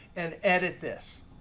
and edit this.